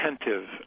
attentive